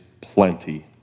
plenty